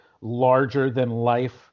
larger-than-life